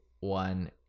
one